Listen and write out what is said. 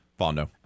Fondo